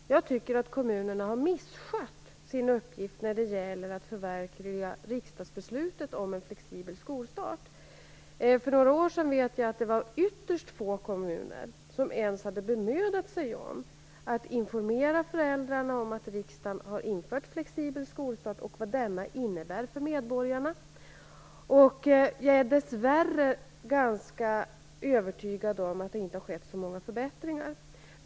Jag tycker att kommunerna har misskött sin uppgift att förverkliga riksdagsbeslutet om en flexibel skolstart. Jag vet att det för några år sedan var ytterst få kommuner som ens hade bemödat sig om att informera föräldrarna om att riksdagen har infört flexibel skolstart och om vad denna innebär för medborgarna. Jag är dess värre ganska övertygad om att det inte har skett så många förbättringar.